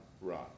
Right